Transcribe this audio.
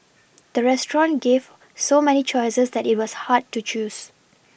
the restaurant gave so many choices that it was hard to choose